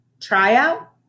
tryout